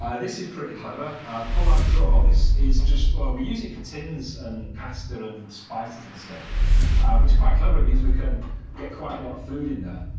ah this is pretty clever pull out drawer this is just for, we use it for tins and pasta and spices and stuff, but it's quite clever, it means we can get quite a lot of food in there.